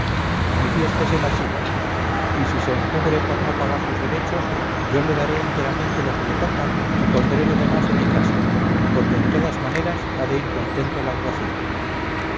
manifiéstese la cica y si se encubre por no pagar los derechos yo le daré enteramente lo que le toca y pondré lo demás de mi casa porque en todas maneras ha de ir contento el alguacil